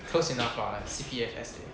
close enough lah C_P_F S_A